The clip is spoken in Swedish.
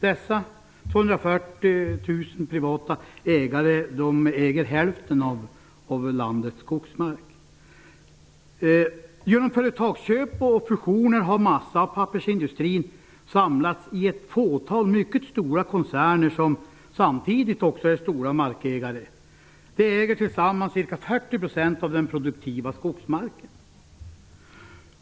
Dessa 240 000 privata ägare äger hälften av landets skogsmark. Genom företagsköp och fusioner har massa och pappersindustrin samlats i ett fåtal mycket stora koncerner som samtidigt också är stora markägare. De äger tillsammans ca 40 % av den produktiva skogsmarken.